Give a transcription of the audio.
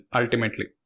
ultimately